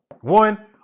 One